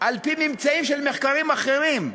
על-פי ממצאים של מחקרים אחרים,